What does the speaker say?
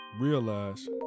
realize